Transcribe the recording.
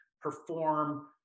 perform